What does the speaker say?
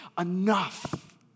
enough